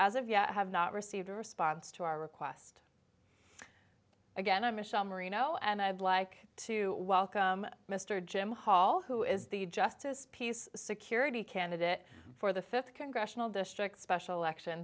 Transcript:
as of yet have not received a response to our request again i'm michelle marino and i'd like to welcome mr jim hall who is the justice peace security candidate for the fifth congressional district special election